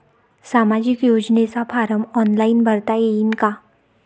सामाजिक योजनेचा form online भरता येईन का?